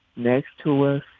next to ah